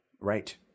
Right